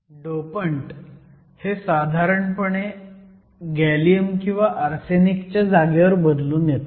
dopant हे साधारणपणे gallium किंवा आर्सेनिक च्या जागेवर बदलून येतात